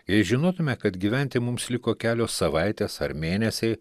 jei žinotume kad gyventi mums liko kelios savaitės ar mėnesiai